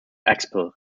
expel